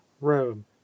rome